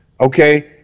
Okay